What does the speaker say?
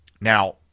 Now